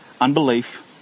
Unbelief